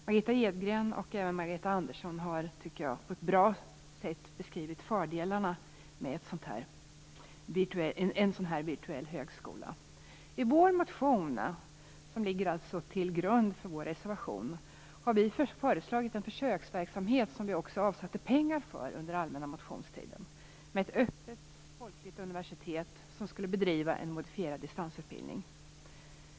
Margitta Edgren och även Margareta Andersson har på ett bra sätt beskrivit fördelarna med en sådan virtuell högskola. I våra motioner, som alltså ligger till grund för vår reservation, har vi föreslagit en försöksverksamhet som vi också avsatt pengar för med ett öppet folkligt universitet som skulle bedriva en modifierad distansutbildning.